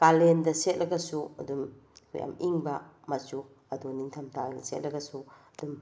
ꯀꯥꯂꯦꯟꯗ ꯁꯦꯠꯂꯒꯁꯨ ꯑꯗꯨꯝ ꯌꯥꯝ ꯏꯪꯕ ꯃꯆꯨ ꯑꯗꯨ ꯅꯤꯡꯊꯝꯊꯥꯗ ꯁꯦꯠꯂꯒꯁꯨ